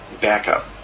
backup